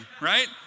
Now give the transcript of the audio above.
right